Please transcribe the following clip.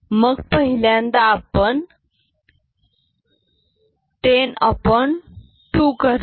मग पहिल्यांदा आपण 102 करणार